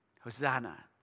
Hosanna